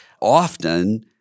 often